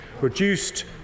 reduced